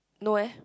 no eh